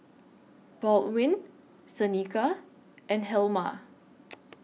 Baldwin Seneca and Helma